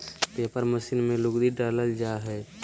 paper machine में लुगदी डालल जा हय